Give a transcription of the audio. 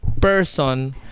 person